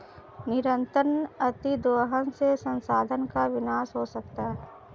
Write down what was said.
निरंतर अतिदोहन से संसाधन का विनाश हो सकता है